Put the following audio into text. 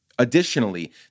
Additionally